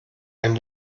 ein